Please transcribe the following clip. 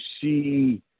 see